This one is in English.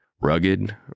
Rugged